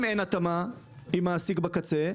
אם אין התאמה עם המעסיק בקצה,